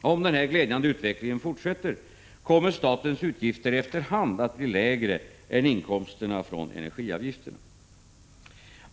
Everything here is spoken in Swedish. Om denna glädjande utveckling fortsätter, kommer statens utgifter efter hand att bli lägre än inkomsterna från energiavgifterna.